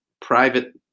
private